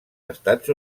estats